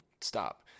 stop